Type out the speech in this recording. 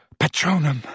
patronum